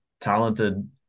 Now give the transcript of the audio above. talented